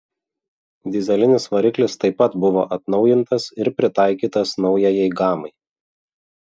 dyzelinis variklis taip pat buvo atnaujintas ir pritaikytas naujajai gamai